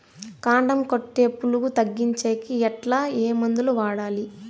కాండం కొట్టే పులుగు తగ్గించేకి ఎట్లా? ఏ మందులు వాడాలి?